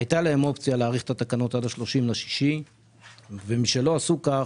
הייתה להם אופציה להאריך את התקנות עד 30 ביוני ומשלא עשו כך,